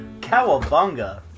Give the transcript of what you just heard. Cowabunga